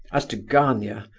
as to gania,